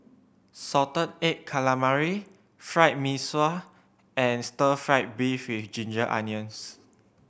salted egg calamari Fried Mee Sua and stir fried beef with ginger onions